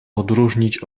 odróżnić